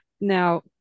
Now